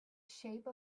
shape